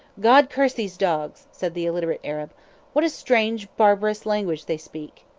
god curse these dogs, said the illiterate arab what a strange barbarous language they speak!